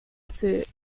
suit